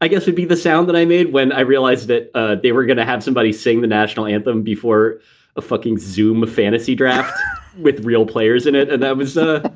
i guess would be the sound that i made when i realized that ah they were going to have somebody sing the national anthem before a fucking xoom fantasy draft with real players in it. and that was a